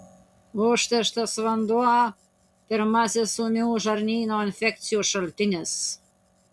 užterštas vanduo pirmasis ūmių žarnyno infekcijų šaltinis